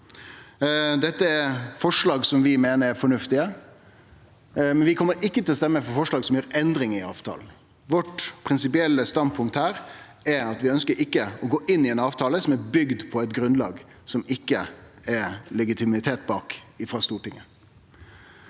Dette er forslag som vi meiner er fornuftige. Men vi kjem ikkje til å stemme for forslag som gjer endringar i avtalen. Det prinsipielle standpunktet vårt er at vi ikkje ønskjer å gå inn i ein avtale som er bygd på eit grunnlag som det ikkje er legitimitet bak frå Stortinget.